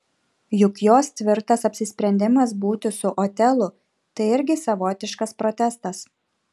juk jos tvirtas apsisprendimas būti su otelu tai irgi savotiškas protestas